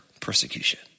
persecution